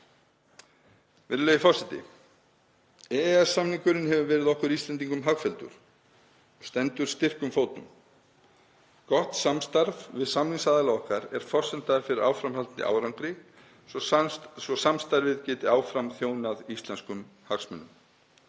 Virðulegi forseti. EES-samningurinn hefur verið okkur Íslendingum hagfelldur. Hann stendur styrkum fótum. Gott samstarf við samningsaðila okkar er forsenda fyrir áframhaldandi árangri svo samstarfið geti áfram þjónað íslenskum hagsmunum.